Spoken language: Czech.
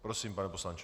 Prosím, pane poslanče.